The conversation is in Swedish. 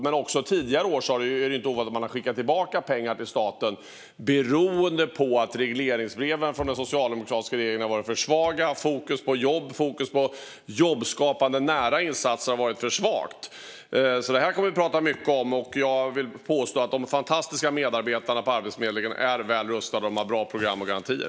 Det har inte varit ovanligt att man också under tidigare år har skickat tillbaka pengar till staten beroende på att regleringsbreven från den socialdemokratiska regeringen har varit för svaga och att fokus på jobb och på jobbskapande, nära insatser har varit för svagt. Detta kan vi prata mycket om. Jag vill påstå att de fantastiska medarbetarna på Arbetsförmedlingen är väl rustade och har bra program och garantier.